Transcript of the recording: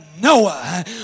Noah